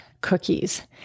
cookies